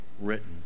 written